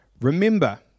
Remember